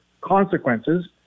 consequences